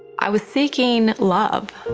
i was seeking love.